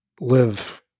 live